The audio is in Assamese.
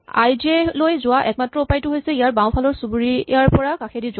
আই জে লৈ যোৱা একমাত্ৰ উপায়টো হৈছে ইয়াৰ বাওঁফালৰ চুবুৰীয়াৰ পৰা সোঁকাষেদি যোৱা